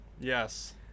Yes